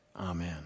Amen